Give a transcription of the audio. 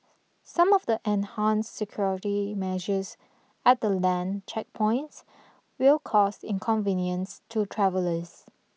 some of the enhanced security measures at the land checkpoints will cause inconvenience to travellers